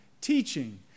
teaching